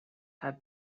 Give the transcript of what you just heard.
had